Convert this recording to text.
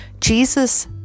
Jesus